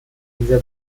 dieser